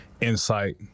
insight